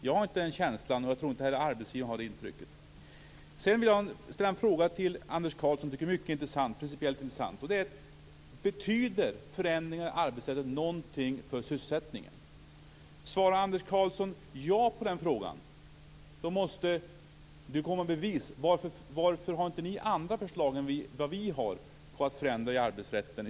Jag har inte den känslan, och jag tror inte att arbetsgivarna har det intrycket. Karlsson ja på den frågan, måste han komma med bevis. Varför har ni inte andra förslag än vi har på förändringar i arbetsrätten?